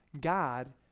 God